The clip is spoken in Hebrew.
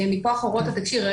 מכוח הוראות התקשי"ר.